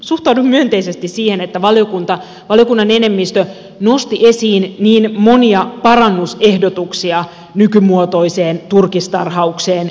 suhtaudun myönteisesti siihen että valiokunnan enemmistö nosti esiin niin monia parannusehdotuksia nykymuotoiseen turkistarhaukseen liittyen